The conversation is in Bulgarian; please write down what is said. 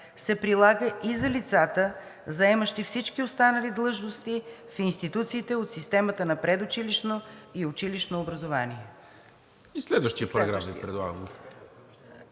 се прилага и за лицата, заемащи всички останали длъжности в институциите от системата на предучилищното и училищното образование.“